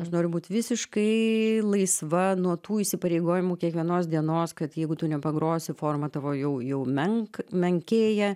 aš noriu būt visiškai laisva nuo tų įsipareigojimų kiekvienos dienos kad jeigu tu nepagrosi forma tavo jau jau menk menkėja